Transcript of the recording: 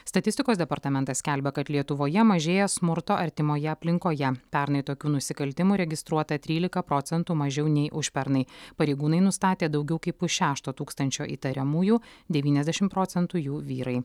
statistikos departamentas skelbia kad lietuvoje mažėja smurto artimoje aplinkoje pernai tokių nusikaltimų registruota trylika procentų mažiau nei užpernai pareigūnai nustatė daugiau kaip pusšešto tūkstančio įtariamųjų devyniasdešim procentų jų vyrai